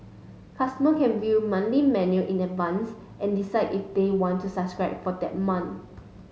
customers can view monthly menu in advance and decide if they want to subscribe for that month